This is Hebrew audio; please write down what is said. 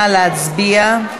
נא להצביע.